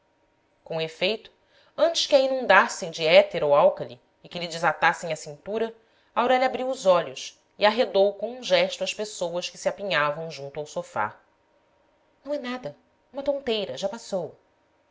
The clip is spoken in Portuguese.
com efeito antes que a inundassem de éter ou álcali e que lhe desatassem a cintura aurélia abriu os olhos e arredou com um gesto as pessoas que se apinhavam junto ao sofá não é nada uma tonteira já passou